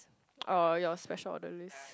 or your special order list